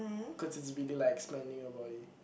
cause it's really like expanding your body